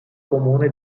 comune